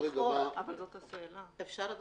השאלה אם